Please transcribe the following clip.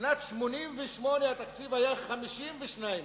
בשנת 1988 התקציב היה 52 מיליון.